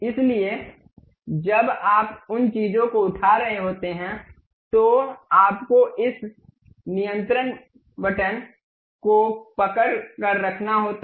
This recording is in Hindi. इसलिए जब आप उन चीजों को उठा रहे होते हैं तो आपको उस नियंत्रण बटन को पकड़ कर रखना होता है